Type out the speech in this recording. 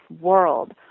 world